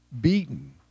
beaten